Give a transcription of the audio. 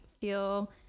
feel